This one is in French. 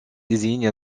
désigne